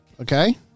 okay